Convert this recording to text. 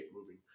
moving